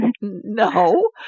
No